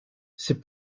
c’est